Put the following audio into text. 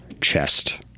chest